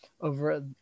over